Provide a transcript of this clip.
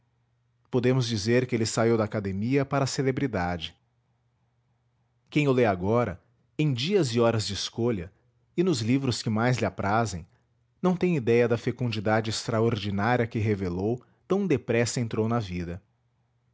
podemos dizer que ele saiu da academia para a celebridade quem o lê agora em dias e horas de escolha e nos livros que mais lhe aprazem não tem idéia da fecundidade extraordinária que revelou tão depressa entrou na vida